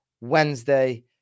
Wednesday